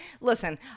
Listen